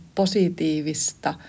positiivista